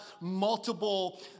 multiple